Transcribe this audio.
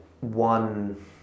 one